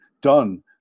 done